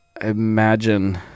imagine